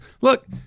look